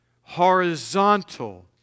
horizontal